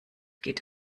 geht